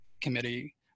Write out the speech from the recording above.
committee